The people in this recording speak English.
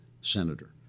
senator